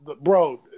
Bro